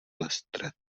lestred